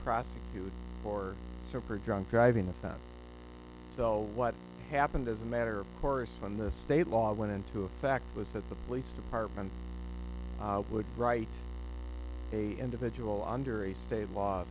prosecute or so for drunk driving offense so what happened as a matter of course on the state law went into effect was that the police department would write a individual under a state law